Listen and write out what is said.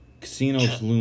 Casinos